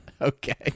Okay